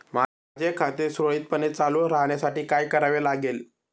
माझे खाते सुरळीतपणे चालू राहण्यासाठी काय करावे लागेल?